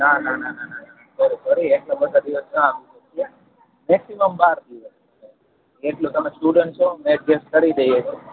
ના ના ના ના ના સોરી સોરી એટલા બધા દિવસ ના આપી શકીએ મેક્સિમમ બાર દિવસ એટલું તમે સ્ટુડન્ટ છો અમે એકજેસ્ટ કરી દઈએ